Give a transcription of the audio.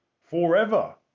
forever